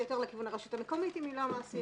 ויותר לכיוון הרשות המקומית אם היא לא המעסיק.